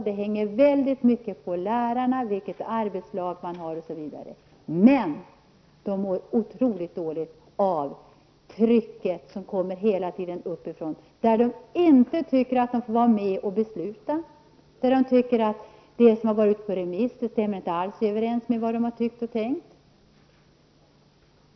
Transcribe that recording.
Det hänger mycket på lärarna, på vilket arbetslag man har osv., men lärarna mår oerhört dåligt av det tryck som hela tiden kommer uppifrån. Det tycker inte att de får vara med om att besluta. De frågor som har varit ute på remiss stämmer inte alls överens med vad de har tyckt och tänkt.